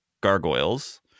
Gargoyles